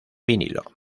vinilo